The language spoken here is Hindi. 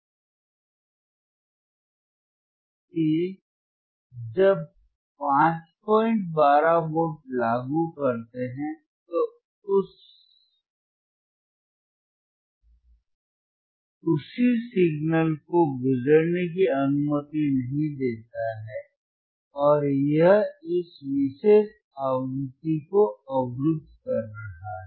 इसलिए जब 512 वोल्ट लागू करते हैं तो यह उसी सिग्नल को गुजरने की अनुमति नहीं देता है और यह इस विशेष आवृत्ति को अवरुद्ध कर रहा है